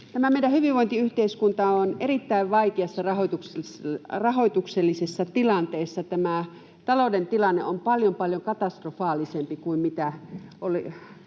Tämä meidän hyvinvointiyhteiskunta on erittäin vaikeassa rahoituksellisessa tilanteessa. Tämä talouden tilanne on paljon, paljon katastrofaalisempi kuin mitä